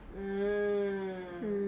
mm